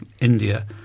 India